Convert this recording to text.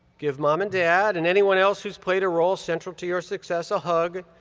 give mom and dad and anyone else who's played a role central to your success a hug,